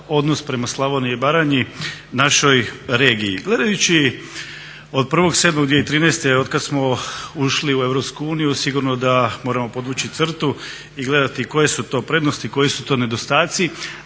odnos prema Slavoniji i Baranji našoj regiji. Gledajući od 1.7.2013. otkako smo ušli u Europsku uniju sigurno da moramo podvući crtu i gledati koje su to prednosti, koji su to nedostaci.